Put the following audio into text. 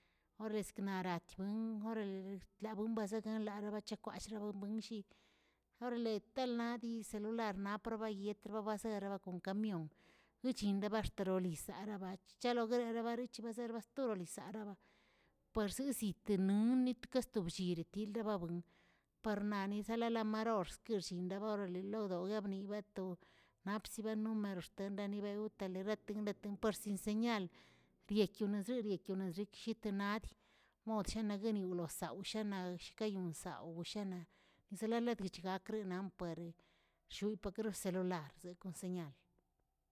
Orasknanatiben gorale lerbuns baserenꞌ larabachekwashtl buwenshi, orale talnadis celular naporbayetr babaserubuwa kon kamion, guchinjrebashtroliz araba chaloguerabarich barsebasterolizaraba pues sesitinoun kastosheritildi babuin paranali salalamaroxt guirchindabaroli londoyegbni bato napsibanomero xtendenibanot tele regtin regtin pos resinseñal, rieknosi reknioshishetnad, mod sheneguenialiushaoꞌ zegniaꞌkeyunsaoꞌ shegnia yeseneleyagkr par lluprkleri celular